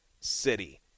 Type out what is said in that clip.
City